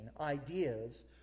ideas